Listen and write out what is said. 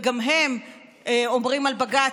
וגם הם אומרים על בג"ץ,